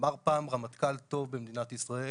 אמר פעם רמטכ"ל טוב במדינת ישראל: